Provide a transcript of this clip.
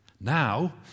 now